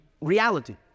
reality